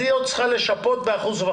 היא עוד צריכה לשפות ב-1.5%.